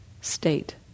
state